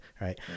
right